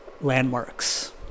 Landmarks